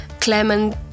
Clement